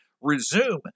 resume